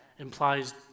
implies